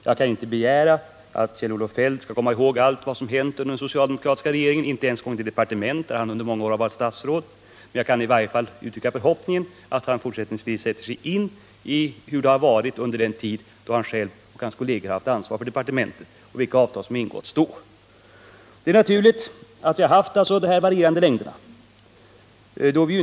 Jag kan inte begära att Kjell-Olof Feldt skall komma ihåg allt vad som hänt under den socialdemokratiska regeringens tid, inte ens att han skall komma ihåg allt vad som behandlats i det departement där han varit statsråd, men jag kan i varje fall uttrycka förhoppningen att han fortsättningsvis sätter sig in i vilka avtal som ingåtts under den tid han själv och hans kolleger haft ansvar för departementet. Det är naturligt att vi har haft de här varierande längderna på avtalen.